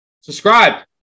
subscribe